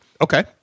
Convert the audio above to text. Okay